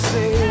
Say